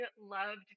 loved